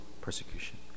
persecution